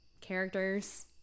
characters